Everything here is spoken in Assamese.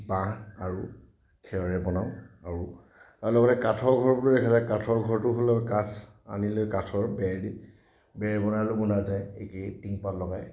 বাঁহ আৰু খেৰৰে বনাওঁ আৰু আৰু লগতে কাঠৰ ঘৰবোৰ দেখা যায় কাঠৰ ঘৰটো হ'ল কাঠ আনি লৈ কাঠৰ বেৰ দি বেৰ বনালেও বনোৱা যায় একেই টিনপাত লগাই